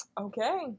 Okay